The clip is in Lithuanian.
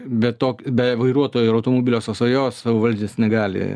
be to be vairuotojo ir automobilio sąsajos savavaldis negali